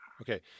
Okay